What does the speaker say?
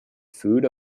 food